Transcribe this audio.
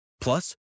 Plus